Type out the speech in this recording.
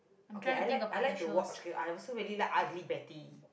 okay I like I like to watch okay I also really like ugly betty